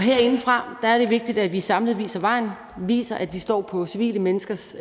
Herindefra er det vigtigt at vi samlet viser vejen, viser, at vi står på civile menneskers